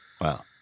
Wow